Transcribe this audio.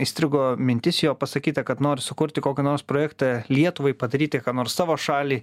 įstrigo mintis jo pasakyta kad nori sukurti kokį nors projektą lietuvai padaryti ką nors savo šaliai